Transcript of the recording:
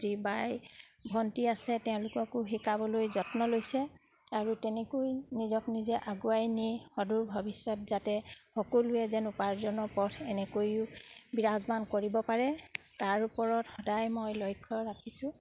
যি বাই ভণ্টি আছে তেওঁলোককো শিকাবলৈ যত্ন লৈছে আৰু তেনেকৈ নিজক নিজে আগুৱাই নি সদূৰ ভৱিষ্যত যাতে সকলোৱে যেন উপাৰ্জনৰ পথ এনেকৈয়ো বিৰাজমান কৰিব পাৰে তাৰ ওপৰত সদায় মই লক্ষ্য ৰাখিছোঁ